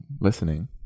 listening